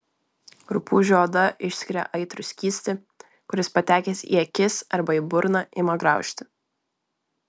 rupūžių oda išskiria aitrų skystį kuris patekęs į akis arba į burną ima graužti